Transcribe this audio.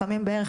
לפעמים בערך,